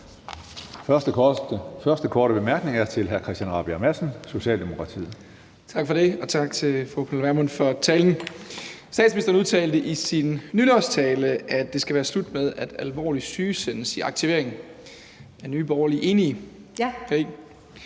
første korte bemærkning er til hr. Christian Rabjerg Madsen, Socialdemokratiet. Kl. 20:20 Christian Rabjerg Madsen (S): Tak for det, og tak til fru Pernille Vermund for talen. Statsministeren udtalte i sin nytårstale, at det skal være slut med, at alvorligt syge sendes i aktivering. Er Nye Borgerlige enige?